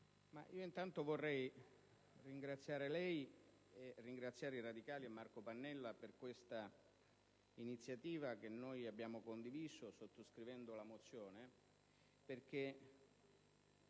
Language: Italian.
luogo vorrei ringraziare lei, i radicali e Marco Pannella per questa iniziativa che abbiamo condiviso sottoscrivendo la mozione, perché